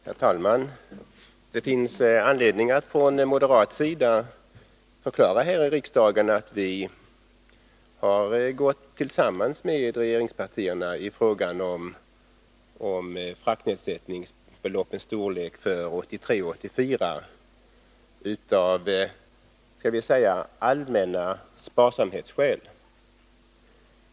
Herr talman! Det finns anledning att från moderat håll här i riksdagen förklara att vi av allmänna sparsamhetsskäl gått tillsammans med regeringspartierna i fråga om fraktnedsättningsbeloppens storlek för 1983 och 1984.